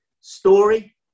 story